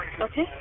Okay